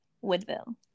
Woodville